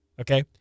Okay